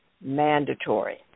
Mandatory